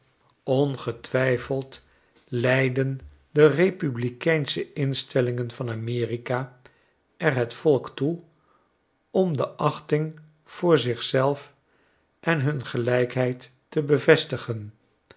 ongetwijfeld leiden de republikeinsche instellingen van amerika er het volk toe om de achting voor zich zelf en hun gelijkheid te bevestigen